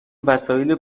وسایل